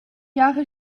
jahre